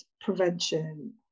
prevention